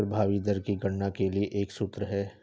प्रभावी दर की गणना के लिए एक सूत्र है